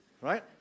right